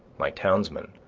my townsmen,